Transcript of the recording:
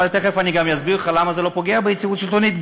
אבל תכף אני גם אסביר לך למה זה לא פוגע ביציבות השלטונית,